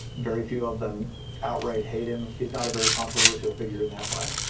very few of them outright hate him. he's not a very controversial figure in that way.